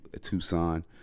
Tucson